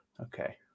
Okay